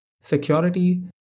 security